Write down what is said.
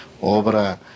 obra